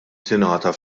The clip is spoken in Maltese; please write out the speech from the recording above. tingħata